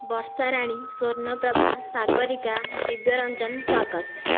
ବର୍ଷାରାଣୀ ସ୍ଵର୍ଣ୍ଣପ୍ରଭା ସାଗରିକା ଦିବ୍ୟରଞ୍ଜନ ସ୍ୱାଗତ